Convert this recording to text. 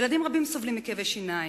ילדים רבים סובלים מכאבי שיניים,